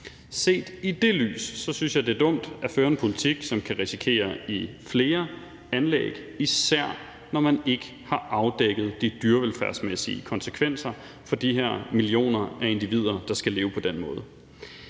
Set i det lys synes jeg, det er dumt at føre en politik, som kan risikere at give flere anlæg, især når man ikke har afdækket de dyrevelfærdsmæssige konsekvenser for de her millioner af individer, der skal leve på den måde.